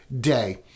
day